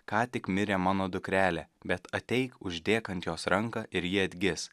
ką tik mirė mano dukrelė bet ateik uždėk ant jos ranką ir ji atgis